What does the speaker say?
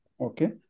okay